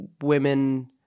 women